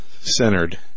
centered